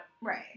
Right